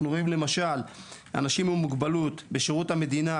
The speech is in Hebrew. אנחנו רואים למשל אנשים עם מוגבלות בשירות המדינה,